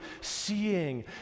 seeing